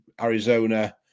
Arizona